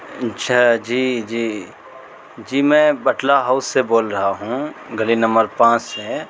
اچھا جی جی جی میں بٹلہ ہاؤس سے بول رہا ہوں گلی نمبر پانچ سے